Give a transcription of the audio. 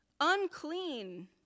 unclean